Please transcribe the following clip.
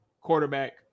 quarterback